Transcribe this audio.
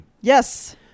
Yes